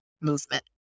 movement